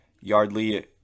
yardley